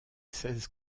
seize